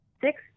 six